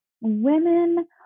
women